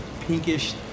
pinkish